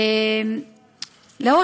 לא, זה מראש, זה היה בתיאום.